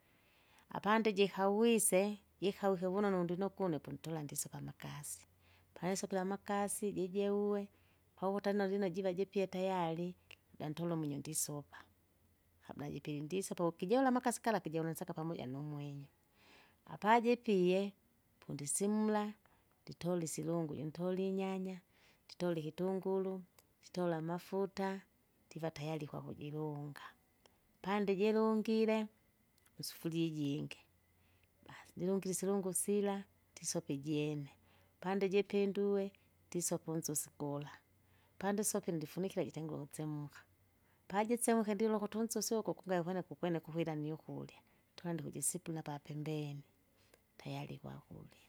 Apandiji kauwise, jikawike vunonu ndinokwa une pontola ndisipe amakasi, paya nsopile amakasi, jijeuwe, paukuta lina lina jira jipye tayari dantola umwinyo ndisopa, kabla jipili, ndisopa wukijola amakasi kala kijola unsaka pamoja numwinyo, apajipie, pundisimla, nditola isilungu juntola inyanya, nditola ikitunguru, nditola amafuta. Ndiva tayari kwakujirunga, pandijilungire musufuria ijingi, basi ndilungire isilungu isilungu sila, ndisopa ijene, pandijindue, ndisopa unsosi gula, pandisopi ndifunikire jitengule ukusemka. Pasemke ndilo ukuti unsosi ugu kungea kwene kukwene kuwila miukulya, twanda ukujisikila papembeni, tayari kwakurya.